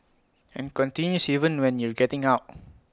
and continues even when you're getting out